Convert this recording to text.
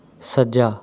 ਸੱਜਾ